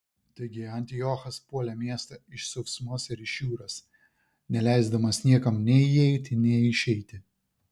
taigi antiochas puolė miestą iš sausumos ir iš jūros neleisdamas niekam nei įeiti nei išeiti